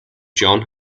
john